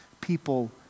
people